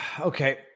Okay